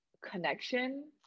connection